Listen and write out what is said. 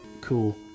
cool